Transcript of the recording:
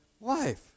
life